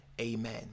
amen